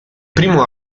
primo